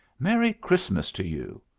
merry christmas to you!